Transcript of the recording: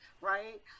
right